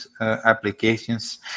applications